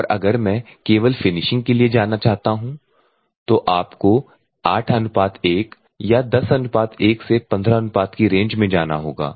और अगर मैं केवल फिनिशिंग के लिए जाना चाहता हूं तो आपको 8 1 या 10 1 या 15 1 या 10 1 से 15 1 की रेंज में जाना होगा